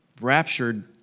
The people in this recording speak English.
raptured